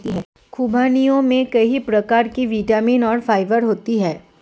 ख़ुबानियों में कई प्रकार के विटामिन और फाइबर होते हैं